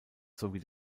sowie